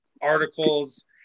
articles